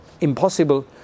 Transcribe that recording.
impossible